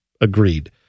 Agreed